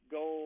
go